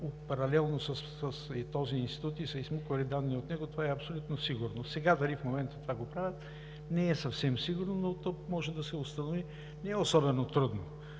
паралелно с този институт и са изсмуквали данни от него, това е абсолютно сигурно. Сега дали в момента това го правят, не е съвсем сигурно, но то може да се установи не особено трудно.